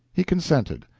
he consented.